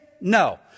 No